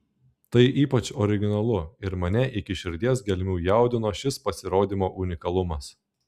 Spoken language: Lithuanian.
tai ypač originalu ir mane iki širdies gelmių jaudino šis pasirodymo unikalumas